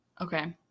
Okay